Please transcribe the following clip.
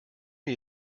mir